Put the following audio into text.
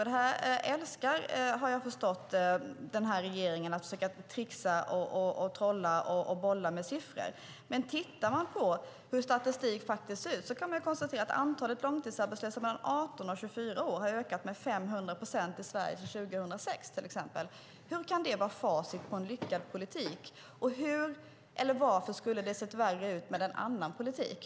Jag har förstått att denna regering älskar att försöka tricksa, trolla och bolla med siffror. Men tittar man på hur statistiken faktiskt ser ut kan man konstatera att antalet långtidsarbetslösa mellan 18 och 24 har ökat med 500 procent i Sverige sedan 2006. Hur kan det vara facit på en lyckad politik? Hur och varför skulle det ha sett värre ut med en annan politik?